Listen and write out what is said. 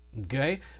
Okay